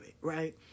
right